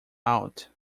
out